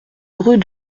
rue